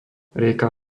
rieka